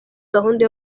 gahunda